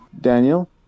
Daniel